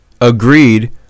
agreed